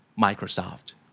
Microsoft